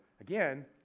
again